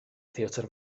theatr